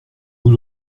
vous